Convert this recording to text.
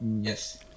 yes